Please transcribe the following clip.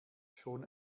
schon